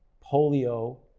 polio,